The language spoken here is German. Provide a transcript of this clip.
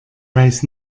weiß